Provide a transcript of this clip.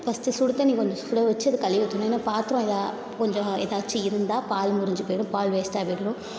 first சுடு தண்ணி கொஞ்சம் சுட வச்சி அதை கழுவி ஊற்றணும் ஏன்னால் பாத்திரம் ஏதா கொஞ்சம் ஏதாச்சு இருந்தால் பால் முறிஞ்சி போயிடும் பால் வேஸ்டாக போயிடும்